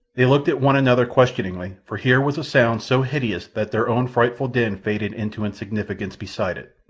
they looked at one another questioningly, for here was a sound so hideous that their own frightful din faded into insignificance beside it.